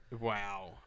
wow